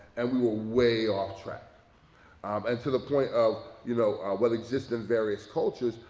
and we were way off track um and to the point of you know what exists in various cultures.